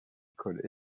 école